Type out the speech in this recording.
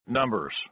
Numbers